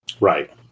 Right